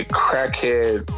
crackhead